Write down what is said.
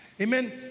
Amen